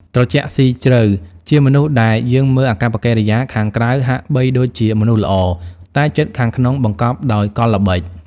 ត្រជាក់ស៊ីជ្រៅ ជាមនុស្សដែលយើងមើលអាកប្បកិរិយាខាងក្រៅហាក់បីដូចជាមនុស្សល្អ តែចិត្តខាងក្នុងបង្កប់ដោយកលល្បិច។